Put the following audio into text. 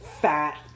fat